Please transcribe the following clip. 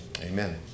Amen